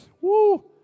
Woo